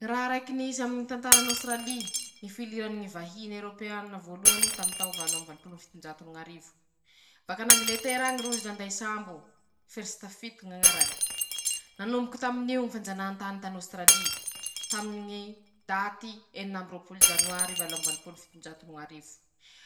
Ñy raha raiky nisy taminy ñy tantarany ôsitiraly: ñy filirany vahiny Erôpeanina voalohany taminy tao valo amby valopolo fitonjato no ñ'arivo, bak'angileter'añy rozy nanday sambo, ferisitafity ñ'añarany, nanomboky tamin'io fanjanahantany tan'ôsitiraly, taminy ñy daty enin'amby roapolo janoary valo amby valopolo fitonjato no ñ'arivo,